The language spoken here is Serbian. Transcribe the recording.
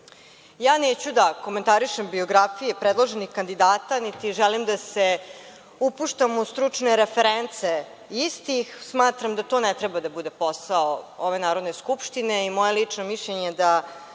da komentarišem biografije predloženih kandidata niti želim da se upuštam u stručne reference istih. Smatram da to ne treba da bude posao ove Narodne skupštine i moje lično mišljenje je da